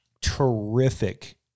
terrific